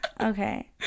okay